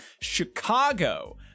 chicago